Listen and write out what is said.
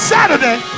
Saturday